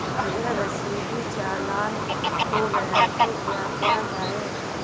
अगर रसीदी चालान खो गया तो क्या किया जाए?